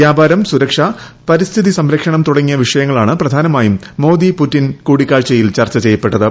വ്യാപാരം സുരക്ഷ പരിസ്ഥിതി സംരക്ഷണം തുടങ്ങിയ വിഷയങ്ങളാണ് പ്രധാനമായും മോദി പുടിൻ കൂടിക്കാഴ്ചയിൽ ചർച്ച ചെയ്യപ്പെട്ടത്